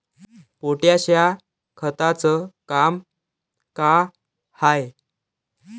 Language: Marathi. पोटॅश या खताचं काम का हाय?